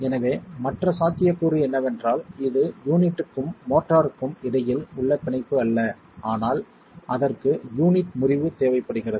எனவே மற்ற சாத்தியக்கூறு என்னவென்றால் இது யூனிட்க்கும் மோர்டருக்கும் இடையில் உள்ள பிணைப்பு அல்ல ஆனால் அதற்கு யூனிட் முறிவு தேவைப்படுகிறது